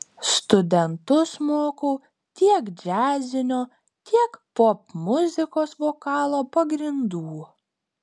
studentus mokau tiek džiazinio tiek popmuzikos vokalo pagrindų